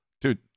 dude